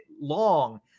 long